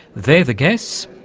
they're the guests,